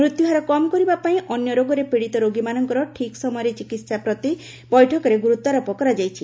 ମୃତ୍ୟୁ ହାର କମ୍ କରିବା ପାଇଁ ଅନ୍ୟ ରୋଗରେ ପୀଡ଼ିତ ରୋଗୀମାନଙ୍କର ଠିକ୍ ସମୟରେ ଚିକିତ୍ସା ପ୍ରତି ବୈଠକରେ ଗୁରୁତ୍ୱାରୋପ କରାଯାଇଛି